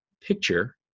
picture